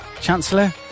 Chancellor